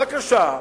בבקשה,